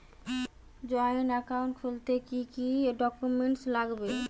Joint account খুলতে কি কি ডকুমেন্টস লাগবে?